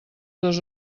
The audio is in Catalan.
dos